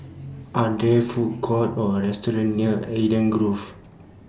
Are There Food Courts Or restaurants near Eden Grove